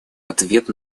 ответ